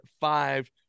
Five